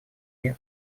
мер